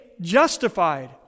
justified